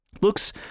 looks